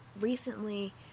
recently